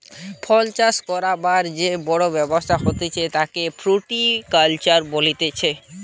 ফল চাষ করবার যে বড় ব্যবসা হতিছে তাকে ফ্রুটিকালচার বলতিছে